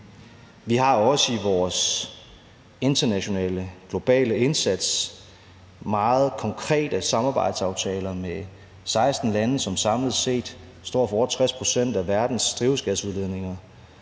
Vi har også i vores internationale, globale indsats meget konkrete samarbejdsaftaler med 16 lande, som samlet set står for over 60 pct. af verdens drivhusgasudledninger.